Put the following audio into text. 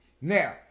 Now